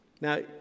Now